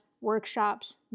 workshops